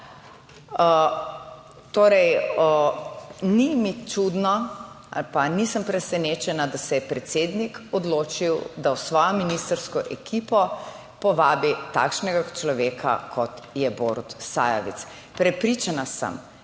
Torej, ni mi čudno ali pa nisem presenečena, da se je predsednik odločil, da v svojo ministrsko ekipo povabi takšnega človeka, kot je Borut Sajovic. Prepričana sem,